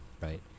right